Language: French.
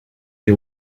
des